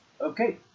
Okay